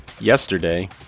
yesterday